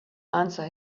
answer